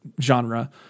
genre